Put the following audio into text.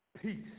peace